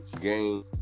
game